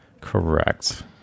correct